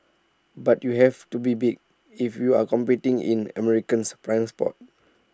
but you have to be big if you're competing in American's prime spots